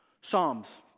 Psalms